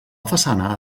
façana